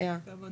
אז אני רק אומר,